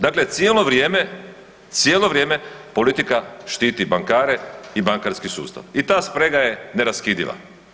Dakle, cijelo vrijeme, cijelo vrijeme politika štiti bankare i bankarski sustav i ta sprega je neraskidiva.